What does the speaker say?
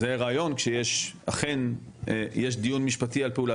זה הרעיון כאשר אכן יש דיון משפטי על פעולה.